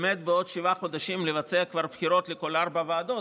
בעוד שבעה חודשים לבצע כבר בחירות לכל ארבע הוועדות,